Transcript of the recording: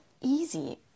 easy